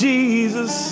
Jesus